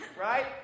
right